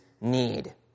need